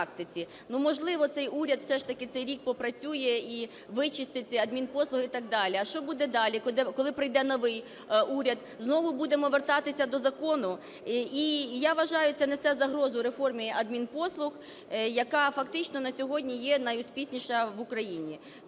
Ну, можливо, цей уряд все ж таки цей рік попрацює і вичистить адмінпослуги і так далі. А що буде далі, коли прийде новий уряд, знову будемо вертатися до закону? І я вважаю, це несе загрозу реформі адмінпослуг, яка фактично на сьогодні є найуспішніша в Україні.